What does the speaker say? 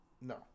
No